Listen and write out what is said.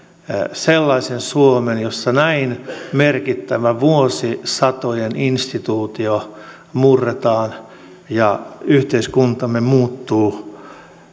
sellaisen suomen jossa näin merkittävä vuosisatojen instituutio murretaan ja yhteiskuntamme muuttuu